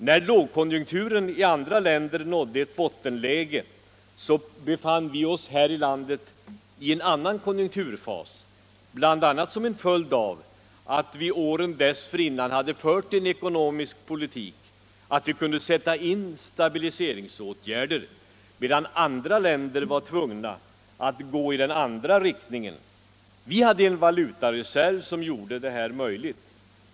När lågkonjunkturen i andra länder nådde ett bottenläge så befann vi oss här i landet i en annan konjunkturfas, bl.a. som en följd av att vi åren dessförinnan hade fört en sådan ekonomisk politik att vi kunde sätta in stabiliseringsåtgärder, medan andra länder var tvungna att gå i den motsatta riktningen. Vi hade en valutareserv som gjorde detta möjligt.